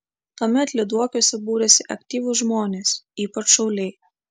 tuomet lyduokiuose būrėsi aktyvūs žmonės ypač šauliai